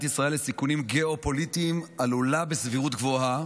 ישראל לסיכונים גיאופוליטיים עלולה בסבירות גבוהה